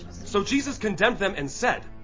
so jesus condemned them and said,